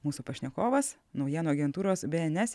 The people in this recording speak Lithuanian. mūsų pašnekovas naujienų agentūros bns